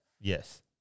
Yes